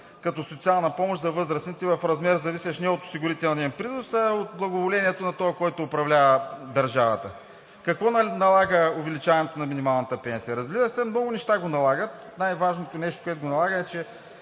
като социална помощ за възрастните в размер, зависещ не от осигурителния принос, а от благоволението на този, който управлява държавата? Какво налага увеличаването на минималната пенсия? Разбира се, много неща го налагат. Най-важното нещо, което го налага, е, че